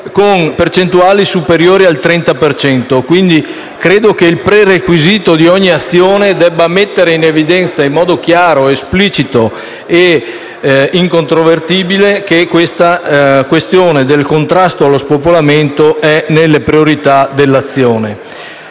su percentuali superiori al 30 per cento. Credo quindi che il prerequisito di ogni azione debba mettere in evidenza in modo chiaro, esplicito e incontrovertibile che la questione del contrasto alla spopolamento è tra le priorità dell'azione.